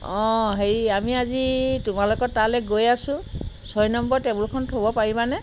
অঁ হেৰি আমি আজি তোমালোকৰ তালৈ গৈ আছোঁ ছয় নম্বৰ টেবুলখন থ'ব পাৰিবানে